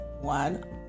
One